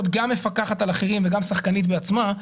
גם מפקחת על אחרים וגם שחקנית בעצמה,